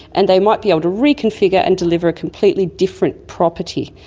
and they might be able to reconfigure and deliver a completely different property.